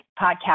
podcast